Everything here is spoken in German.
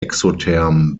exotherm